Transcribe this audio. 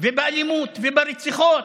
ובאלימות וברציחות.